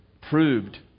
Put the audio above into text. proved